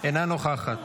אינה נוכחת,